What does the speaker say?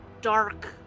dark